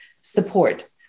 support